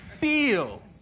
feel